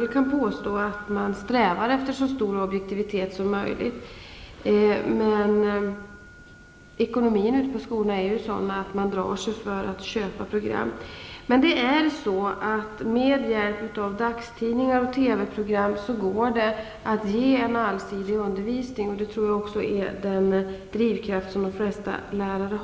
där kan man påstå att man strävar efter så stor objektivitet som möjligt. Men ekonomin ute på skolorna är ju sådan att man drar sig för att köpa programmet. Men med hjälp av dagstidningar och TV-program går det att ge en allsidig undervisning. Jag tror att detta också är i drivkraften för de flesta lärare.